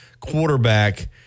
quarterback